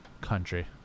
Country